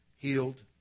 Healed